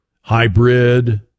hybrid